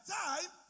time